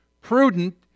Prudent